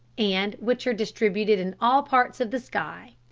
and which are distributed in all parts of the sky,